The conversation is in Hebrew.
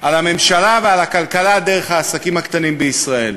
על הממשלה ועל הכלכלה דרך העסקים הקטנים בישראל.